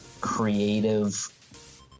creative